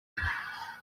rwe